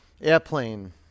Airplane